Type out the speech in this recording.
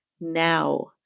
now